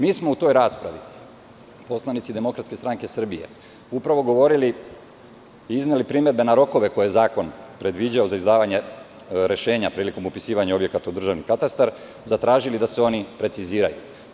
Mi smo u toj raspravi, poslanici DSS, upravo govorili i izneli primedbe na rokove koje je zakon predviđao za izdavanje rešenja prilikom upisivanja objekata u državni katastar, zatražili da se oni preciziraju.